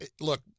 Look